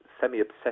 semi-obsessed